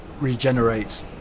regenerate